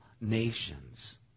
nations